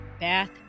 Bath